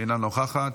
אינה נוכחת,